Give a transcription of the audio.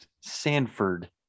Sanford